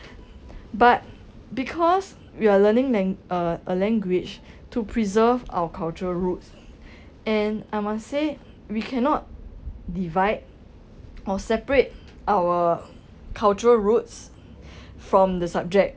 but because we are learning lang- uh a language to preserve our cultural roots and I must say we cannot divide or separate our cultural roots from the subject